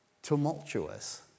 Tumultuous